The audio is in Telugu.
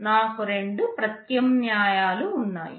నాకు రెండు ప్రత్యామ్నాయాలు ఉన్నాయి